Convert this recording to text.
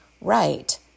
right